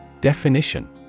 Definition